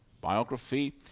biography